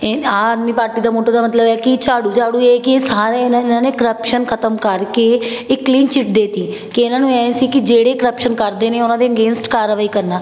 ਇਹ ਆਮ ਆਦਮੀ ਪਾਰਟੀ ਦਾ ਮੋਟੋ ਦਾ ਮਤਲਬ ਹੈ ਕਿ ਝਾੜੂ ਝਾੜੂ ਇਹ ਕਿ ਸਾਰੇ ਨਾ ਇਹਨਾਂ ਨੇ ਕਰਪਸ਼ਨ ਖ਼ਤਮ ਕਰਕੇ ਇੱਕ ਕਲੀਨ ਚਿੱਟ ਦੇ ਤੀ ਕਿ ਇਹਨਾਂ ਨੂੰ ਐਂ ਸੀ ਕਿ ਜਿਹੜੇ ਕਰਪਸ਼ਨ ਕਰਦੇ ਨੇ ਉਹਨਾਂ ਦੇ ਅਗੇਂਸਟ ਕਾਰਵਾਈ ਕਰਨਾ